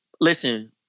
Listen